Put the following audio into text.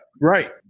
right